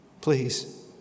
Please